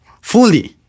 fully